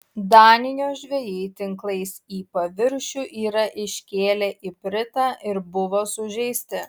danijos žvejai tinklais į paviršių yra iškėlę ipritą ir buvo sužeisti